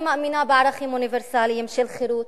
אני מאמינה בערכים אוניברסליים של חירות,